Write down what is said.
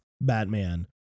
Batman